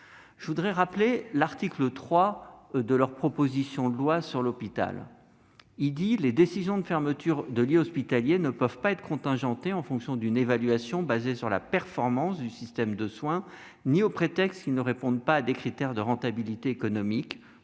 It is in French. l'exposé des motifs de cette proposition de loi référendaire sur son article 3 :« Les décisions de fermeture de lits hospitaliers ne peuvent pas être contingentées en fonction d'une évaluation basée sur la performance du système de soin ni au prétexte qu'ils ne répondent pas à des critères de rentabilité économique,